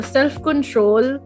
Self-control